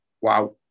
wow